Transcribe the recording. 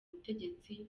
butegetsi